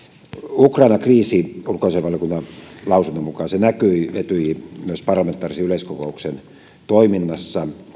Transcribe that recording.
ukrainan kriisi näkyi ulkoasiainvaliokunnan lausunnon mukaan myös etyjin parlamentaarisen yleiskokouksen toiminnassa